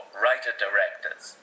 writer-directors